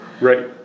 Right